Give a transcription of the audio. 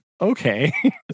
okay